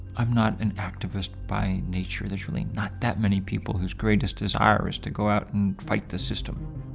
i'm not an activist by nature. there's really not that many people whose greatest desire it to go out and fight the system.